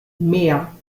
mehr